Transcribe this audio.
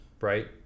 right